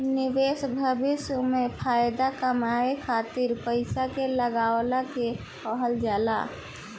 निवेश भविष्य में फाएदा कमाए खातिर पईसा के लगवला के कहल जाला